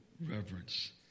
reverence